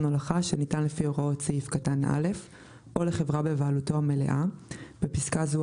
הולכה שניתן לפי הוראות סעיף קטן (א) או לחברה בבעלותו המלאה (בפסקה זו,